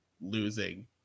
losing